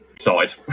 Side